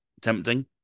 tempting